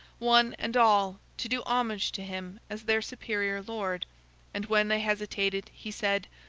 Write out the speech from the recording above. one and all, to do homage to him as their superior lord and when they hesitated, he said,